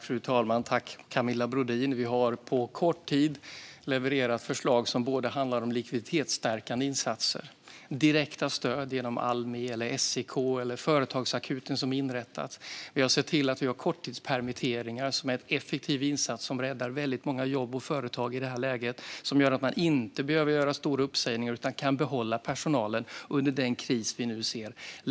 Fru talman! Vi har på kort tid levererat förslag som handlar om likviditetsstärkande insatser och direkta stöd genom Almi, SIK eller företagsakuten som vi inrättat. Vi har sett till att vi har korttidspermitteringar, en effektiv insats som räddar väldigt många jobb och företag i det här läget och som gör att man inte behöver göra stora uppsägningar utan kan behålla personalen under krisen.